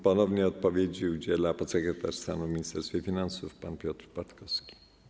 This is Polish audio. Ponownie odpowiedzi udziela podsekretarz stanu w Ministerstwie Finansów pan Piotr Patkowski.